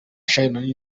charly